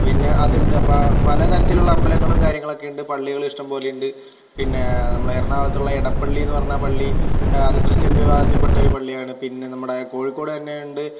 പിന്നെ അത് ഉണ്ട് അപ്പം പല തരത്തിലുള്ള അമ്പലങ്ങളും കാര്യങ്ങളും ഒക്കെ ഉണ്ട് പള്ളികള് ഇഷ്ടംപോലെ ഉണ്ട് പിന്നെ നമ്മുടെ എറണാകുളത്തുള്ള ഇടപ്പള്ളി എന്ന് പറഞ്ഞ പള്ളി അത് ക്രിസ്ത്യൻ വിഭാഗത്തിൽപ്പെട്ട ഒരു പള്ളിയാണ് പിന്നെ നമ്മുടെ കോഴിക്കോട് തന്നെ ഉണ്ട്